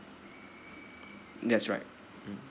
that's right mm